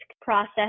process